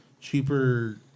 cheaper